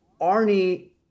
Arnie